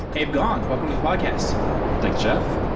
abe gong, welcome to podcast thanks, jeff.